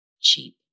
cheap